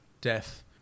death